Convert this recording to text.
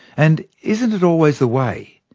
and isn't it always the way,